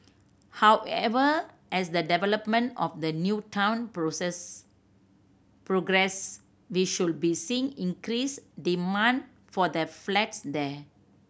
however as the development of the new town process progresses we should be seeing increased demand for the flats there